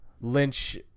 Lynch